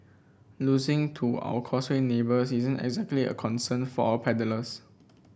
losing to our Causeway neighbours isn't exactly a concern for our paddlers